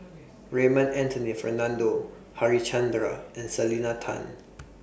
Raymond Anthony Fernando Harichandra and Selena Tan